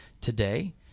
today